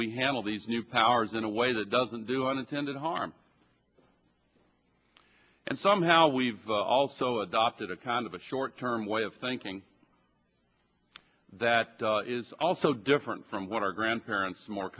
we handle these new powers in a way that doesn't do unintended harm and somehow we've also adopted a kind of a short term way of thinking that is also different from what our grandparents more